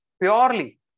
purely